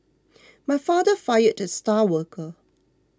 my father fired the star worker